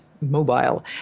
mobile